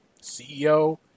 CEO